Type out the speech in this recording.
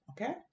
okay